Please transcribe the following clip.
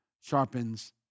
sharpens